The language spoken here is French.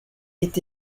est